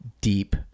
deep